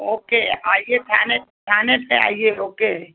okay आइए थाने थाने पर आइए ओके